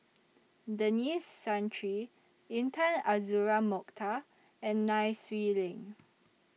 Denis Santry Intan Azura Mokhtar and Nai Swee Leng